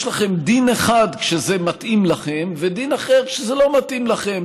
יש לכם דין אחד כשזה מתאים לכם ודין אחר כשזה לא מתאים לכם.